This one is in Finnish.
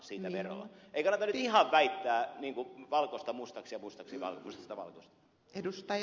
ei kannata nyt ihan väittää valkoista mustaksi ja mustaa valkoiseksi